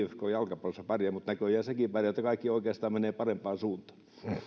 ifk jalkapallossa pärjää mutta näköjään sekin pärjää että kaikki oikeastaan menee parempaan suuntaan